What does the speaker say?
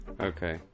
Okay